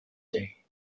day